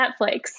netflix